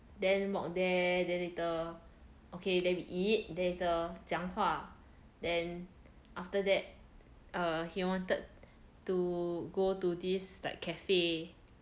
then walk there then later okay then we eat then later 讲话 then after that err he wanted to go to this like cafe